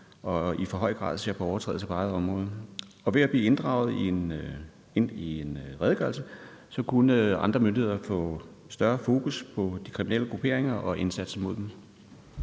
og i for høj grad ser på overtrædelser på eget område. Ved at blive inddraget i en redegørelse kunne andre myndigheder få større fokus på de kriminelle grupperinger og indsatsen mod dem.